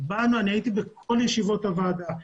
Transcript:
אני הייתי בכל ישיבות הוועדה,